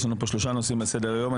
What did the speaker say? יש לנו פה שלושה נושאים על סדר היום.